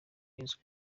yesu